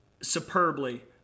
superbly